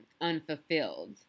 unfulfilled